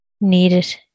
needed